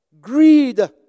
Greed